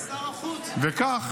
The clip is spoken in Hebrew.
כך,